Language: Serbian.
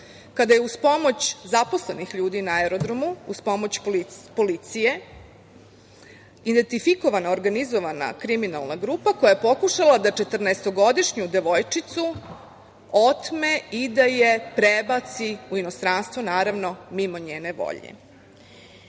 kada je uz pomoć zaposlenih ljudi na aerodromu, uz pomoć policije identifikovana organizovana kriminalna grupa koja je pokušala da četrnaestogodišnju devojčicu otme i da je prebaci u inostranstvo, naravno, mimo njene volje.